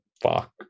fuck